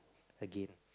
again